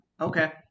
okay